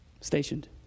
Stationed